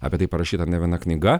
apie tai parašyta nė viena knyga